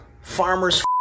Farmers